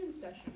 session